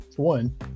one